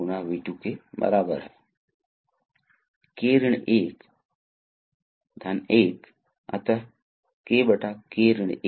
तो यह एक सिंबल है जो दर्शाता है कि प्रवाह दिशा है और इस तरह यह पारित नहीं हो सकता है